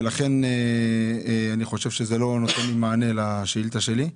ולכן אני חושב שזה לא נותן מענה לשאילתה שלי.